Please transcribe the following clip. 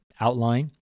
outline